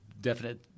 definite